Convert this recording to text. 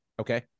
Okay